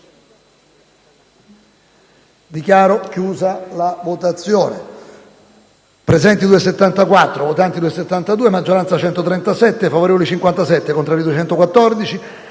Dichiaro aperta la votazione.